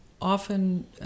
often